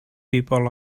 people